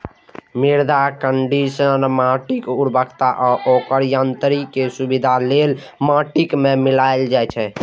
मृदा कंडीशनर माटिक उर्वरता आ ओकर यांत्रिकी मे सुधार लेल माटि मे मिलाएल जाइ छै